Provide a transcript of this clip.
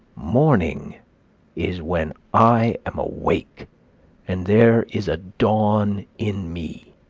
morning is when i am awake and there is a dawn in me.